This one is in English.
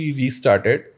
restarted